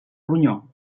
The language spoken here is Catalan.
ronyó